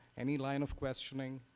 any line of questioning?